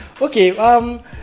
Okay